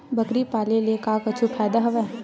बकरी पाले ले का कुछु फ़ायदा हवय?